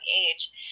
age